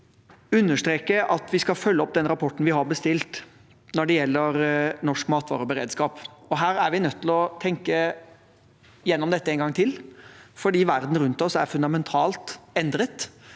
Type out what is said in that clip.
understreke at vi skal følge opp den rapporten vi har bestilt om norsk matvareberedskap, og her er vi nødt til å tenke gjennom dette en gang til fordi verden rundt oss er fundamentalt endret.